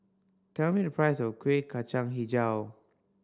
tell me the price of Kuih Kacang Hijau